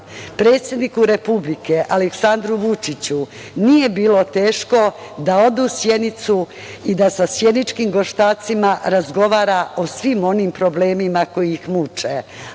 hladno. Predsedniku Republike, Aleksandru Vučiću, nije bilo teško da ode u Sjenicu i da sa sjeničkim gorštacima razgovara o svim onim problemima koji ih muče.